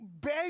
beg